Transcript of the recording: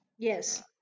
Yes